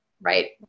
right